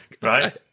Right